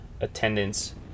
attendance